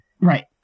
right